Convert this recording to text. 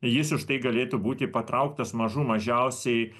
jis už tai galėtų būti patrauktas mažų mažiausiai